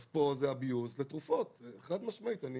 פה זה abuse בתרופות, חד-משמעית.